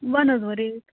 وَن حظ وۅنۍ ریٹ